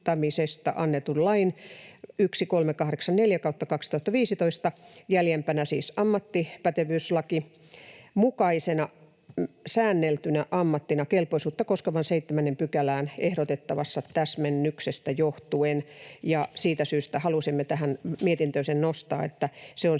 annetun lain 1384/2015 — jäljempänä siis ammattipätevyyslaki — mukaisena säänneltynä ammattina kelpoisuutta koskevaan 7 §:ään ehdotettavasta täsmennyksestä johtuen. Siitä syystä halusimme tähän mietintöön sen nostaa, eli se on